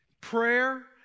Prayer